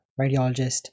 radiologist